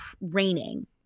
raining